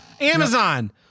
Amazon